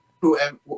whoever